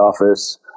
office